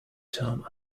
term